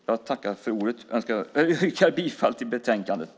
Jag yrkar bifall till förslaget i betänkandet.